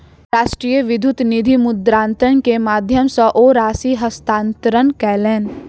राष्ट्रीय विद्युत निधि मुद्रान्तरण के माध्यम सॅ ओ राशि हस्तांतरण कयलैन